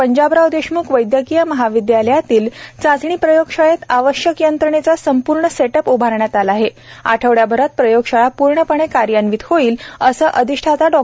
पंजाबराव देशमुख वैदयकीय महाविदयालयातील चाचणी प्रयोगशाळेत आवश्यक यंत्रणेचा संपूर्ण सेटअप उभारण्यात आला आठवडाभरात प्रयोगशाळा पूर्णपणे कार्यान्वित होईल असे अधिष्ठाता डॉ